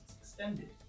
extended